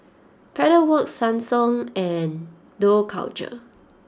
Pedal Works Ssangyong and Dough Culture